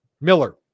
Miller